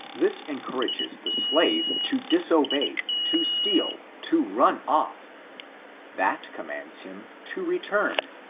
this encourages the slave to disobey, to steal, to run off that commands him to return,